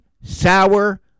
sour